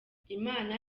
imana